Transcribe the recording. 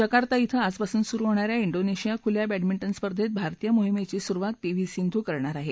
Jakarta ि आजपासून सुरु होणा या ि ्डोनेशिया खुल्या बॅडमिंटन स्पर्धेत भारतीय मोहिमेची सुरुवात पी व्ही सिंधू करणार आहे